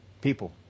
people